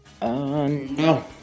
No